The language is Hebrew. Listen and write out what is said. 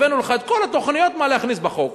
הבאנו לך את כל התוכניות מה להכניס בחוק.